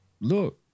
look